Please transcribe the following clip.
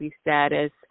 status